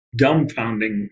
dumbfounding